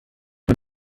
man